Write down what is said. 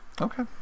Okay